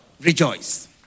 Rejoice